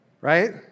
Right